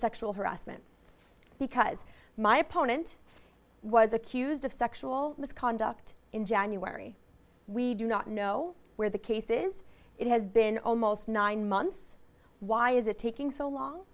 sexual harassment because my opponent was accused of sexual misconduct in january we do not know where the case is it has been almost nine months why is it taking so long